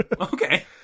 Okay